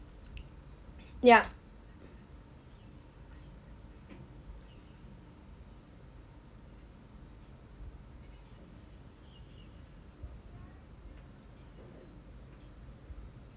ya